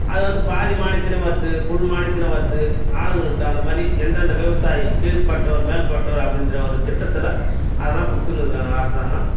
அது வந்து பாதி மானியத்திலையும் வருது ஃபுல் மானியத்திலையும் வருது ஆளுங்களுக்கு தகுந்த மாதிரி எந்தெந்த விவசாயி கீழ்பட்டவர் மேல்பட்டவர் அப்படின்ற ஒரு திட்டத்தில் அதெல்லாம் கொடுத்துனு இருக்காங்க அரசாங்கம்